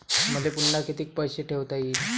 मले पुन्हा कितीक पैसे ठेवता येईन?